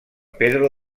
pedro